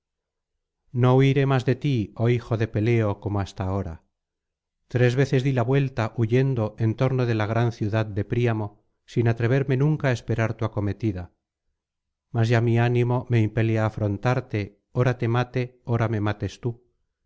no huiré más de ti oh hijo de peleo como hasta ahora tres veces di la vuelta huyendo en torno de la gran ciudad de príamo sin atreverme nunca á esperar tu acometida mas ya mi ánimo me impele á afrontarte ora te mate ora me mates tú